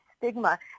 stigma